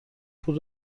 پول